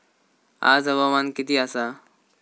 आज हवामान किती आसा?